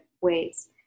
ways